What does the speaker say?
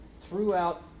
throughout